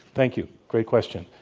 thank you. great question.